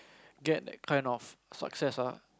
get that kind of success ah